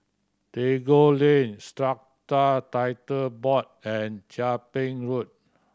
Tagore Lain Strata Titles Board and Chia Ping Road